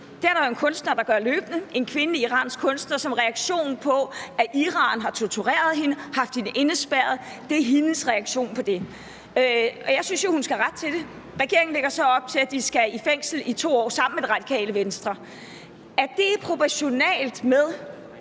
Det er der jo en kunstner der løbende gør, en kvindelig iransk kunstner, som reaktion på, at man i Iran har tortureret hende og holdt hende indespærret. Det er hendes reaktion på det. Og jeg synes jo, at hun skal have ret til det. Regeringen lægger så sammen med Radikale Venstre op til, at det skal give 2 års fængsel. Er det proportionalt med